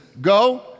go